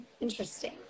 interesting